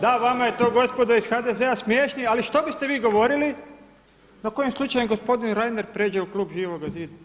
Da vama je to gospodo iz HDZ-a smiješno, ali što biste vi govorili da kojim slučajem gospodin Reiner prijeđe u klub Živoga zida?